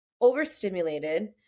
overstimulated